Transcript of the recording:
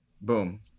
Boom